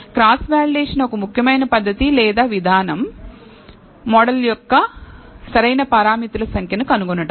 model యొక్క సరైన పారామితులు సంఖ్యను కనుగొనటానికి క్రాస్ వాలిడేషన్ ఒక ముఖ్యమైన పద్ధతి లేదా విధానం